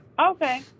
okay